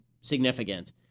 significant